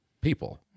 people